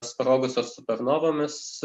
sprogusios supernovomis